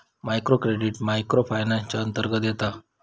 micro credit micro finance च्या अंतर्गत येता